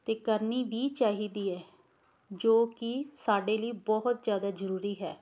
ਅਤੇ ਕਰਨੀ ਵੀ ਚਾਹੀਦੀ ਹੈ ਜੋ ਕਿ ਸਾਡੇ ਲਈ ਬਹੁਤ ਜ਼ਿਆਦਾ ਜ਼ਰੂਰੀ ਹੈ